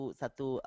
satu